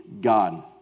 God